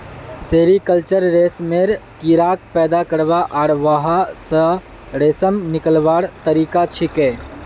sericulture रेशमेर कीड़ाक पैदा करवा आर वहा स रेशम निकलव्वार तरिका छिके